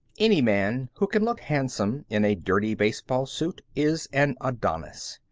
any man who can look handsome in a dirty baseball suit is an adonis.